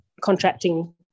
contracting